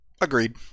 Agreed